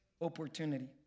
opportunity